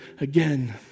again